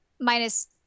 Minus